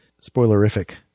spoilerific